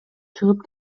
чыгып